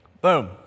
boom